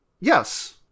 Yes